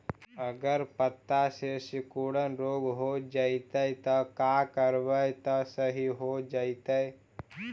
अगर पत्ता में सिकुड़न रोग हो जैतै त का करबै त सहि हो जैतै?